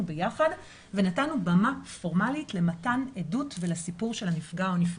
יחד ונתנו במה פורמלית למתן העדות ולסיפור של אותו נפגע או נפגעת.